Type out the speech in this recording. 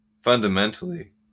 Fundamentally